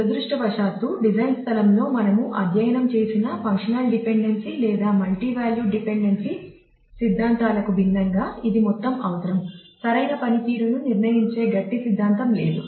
దురదృష్టవశాత్తు డిజైన్ స్థలంలో మనము అధ్యయనం చేసిన ఫంక్షనల్ డిపెండెన్సీ సిద్ధాంతాలకు భిన్నంగా ఇది మొత్తం అవసరం సరైన పనితీరును నిర్ణయించే గట్టి సిద్ధాంతం లేదు